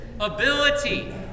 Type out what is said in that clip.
ability